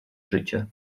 życie